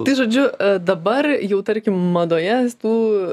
tai žodžiu dabar jau tarkim madoje tų